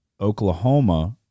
Oklahoma